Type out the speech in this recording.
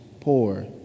poor